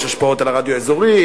יש השפעות על הרדיו האזורי,